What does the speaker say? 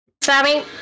Sammy